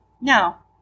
Now